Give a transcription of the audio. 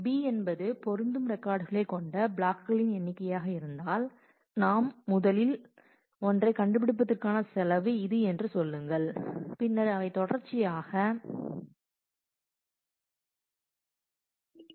B என்பது பொருந்தும் ரெக்கார்டுகளை கொண்ட பிளாக்களின் எண்ணிக்கையாக இருந்தால் நாம் முதல் ஒன்றைக் கண்டுபிடிப்பதற்கான செலவு இது என்று சொல்லுங்கள் பின்னர் அவை தொடர்ச்சியாக அவை உள்ளன